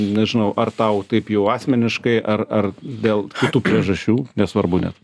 nežinau ar tau taip jau asmeniškai ar ar dėl kitų priežasčių nesvarbu net